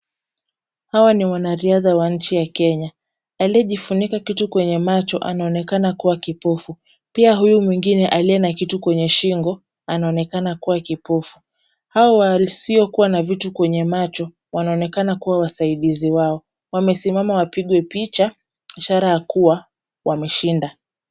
Hawa ni wanariadha wa nchi ya Kenya. Aliyejifunika kitu kwenye macho anaonekana kuwa kipofu. Pia huyu mwingine aliye na kitu kwenye shingo anaonekana kuwa kipofu. Hao wasiokuwa na vitu kwenye macho wanaonekana kuwa wasaidizi wao. Wamesimama wapigwe picha ishara ya kuwa wameshinda.